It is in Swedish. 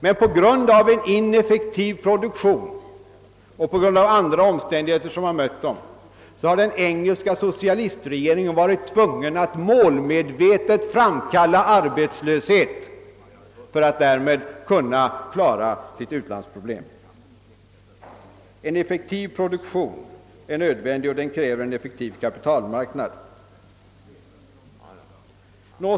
Men på grund av en ineffektiv produktion och på grund av andra omständigheter som mött har den engelska socialistregeringen varit tvungen att målmedvetet framkalla arbetslöshet för att därmed kunna klara sin betalningsbalans. En effektiv produktion är nödvändig, och denna kräver i sin tur en effektiv kapitalmarknad.